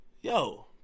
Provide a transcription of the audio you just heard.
yo